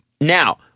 Now